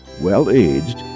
Well-Aged